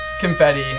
Confetti